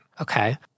okay